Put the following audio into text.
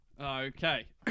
Okay